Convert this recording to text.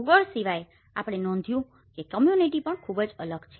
ભૂગોળ સિવાય આપણે નોંધ્યું છે કે કમ્યુનીટી પણ ખૂબ જ અલગ છે